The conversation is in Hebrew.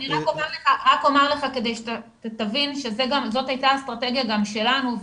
אני רק אומר לך כדי שתבין שזאת הייתה האסטרטגיה גם שלנו,